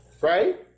right